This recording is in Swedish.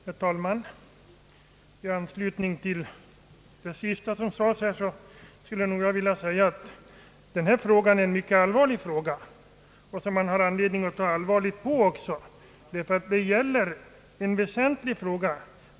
Herr talman! I anslutning till vad som senast sades här skulle jag vilja understryka att detta är en fråga som man har anledning att se mycket allvarligt på.